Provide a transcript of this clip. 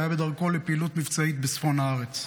והוא היה בדרכו לפעילות מבצעית בצפון הארץ,